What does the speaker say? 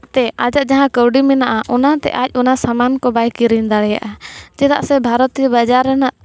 ᱛᱮ ᱟᱡᱟᱜ ᱡᱟᱦᱟᱸ ᱠᱟᱹᱣᱰᱤ ᱢᱮᱱᱟᱜᱼᱟ ᱚᱱᱟᱛᱮ ᱟᱡ ᱚᱱᱟ ᱥᱟᱢᱟᱱᱠᱚ ᱵᱟᱭ ᱠᱤᱨᱤᱧ ᱫᱟᱲᱮᱭᱟᱜᱼᱟ ᱪᱮᱫᱟᱜ ᱥᱮ ᱵᱷᱟᱨᱚᱛᱤᱭᱚ ᱵᱟᱡᱟᱨ ᱨᱮᱱᱟᱜ